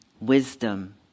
wisdom